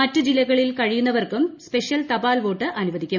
മറ്റ് ജില്ലകളിൽ കഴിയുന്നവർക്കും സ്പെഷ്യൽ തപാൽ വോട്ട് അനുവദിക്കും